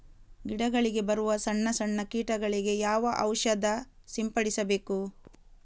ಗಿಡಗಳಿಗೆ ಬರುವ ಸಣ್ಣ ಸಣ್ಣ ಕೀಟಗಳಿಗೆ ಯಾವ ಔಷಧ ಸಿಂಪಡಿಸಬೇಕು?